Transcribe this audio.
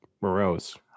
morose